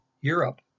Europe